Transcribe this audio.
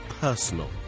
personal